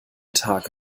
tag